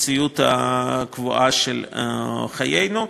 למציאות הקבועה של חיינו.